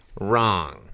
wrong